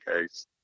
case